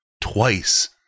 twice